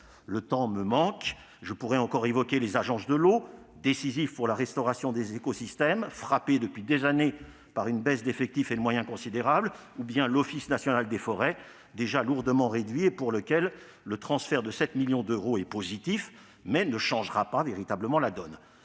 Le temps me manque. Je pourrais encore évoquer les agences de l'eau, décisives pour la restauration des écosystèmes, frappées depuis des années par une baisse d'effectifs et de moyens considérables, ou bien l'Office national des forêts, déjà lourdement réduit, qui bénéficie certes d'un transfert positif de 7 millions d'euros, mais qui ne changera pas véritablement la donne.